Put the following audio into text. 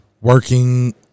working